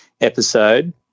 episode